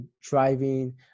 driving